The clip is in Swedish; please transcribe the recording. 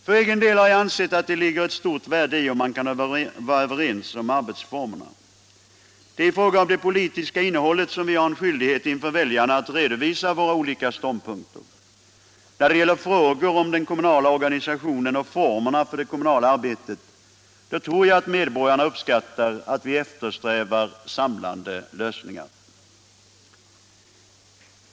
Jag har alltid ansett att det har ett värde i sig att man kan vara överens om arbetsformerna. Det är i fråga om det politiska innehållet som vi har en skyldighet inför väljarna att redovisa våra olika ståndpunkter. När det gäller frågor om den kommunala organisationen och formerna för det kommunala arbetet tror jag att medborgarna uppskattar att vi eftersträvar samlade lösningar.